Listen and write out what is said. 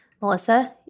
Melissa